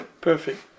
Perfect